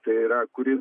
tai yra kuris